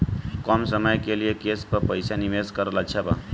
कम समय के लिए केस पर पईसा निवेश करल अच्छा बा?